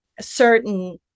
certain